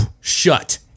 shut